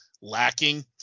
lacking